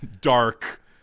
Dark